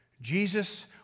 Jesus